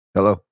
Hello